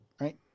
Right